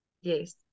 Yes